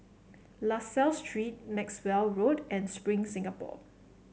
La Salle Street Maxwell Road and Spring Singapore